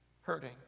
Hurting